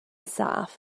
saff